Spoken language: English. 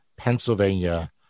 Pennsylvania